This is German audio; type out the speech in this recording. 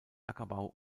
ackerbau